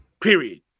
Period